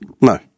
No